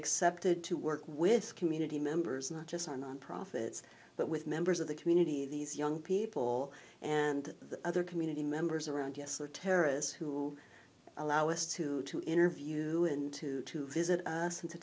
accepted to work with community members not just our nonprofits but with members of the community these young people and the other community members around us or terrorists who allow us to to interview and to to visit us and to